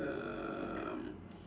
um